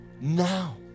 now